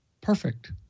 Perfect